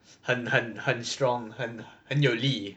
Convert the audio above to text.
很很很 strong 很有力